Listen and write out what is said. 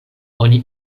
oni